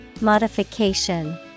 Modification